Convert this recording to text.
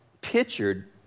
pictured